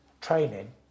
training